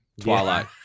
Twilight